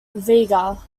vega